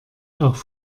auch